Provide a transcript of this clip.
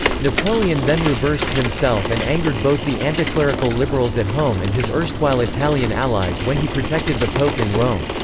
napoleon then reversed himself and angered both the anticlerical liberals at home and his erstwhile italian allies when he protected the pope in rome.